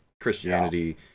Christianity